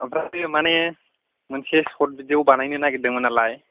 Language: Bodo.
ओमफ्राय माने मोनसे सर्ट भिडिय' बानायनो नागिरदोंमोन नालाय